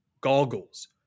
goggles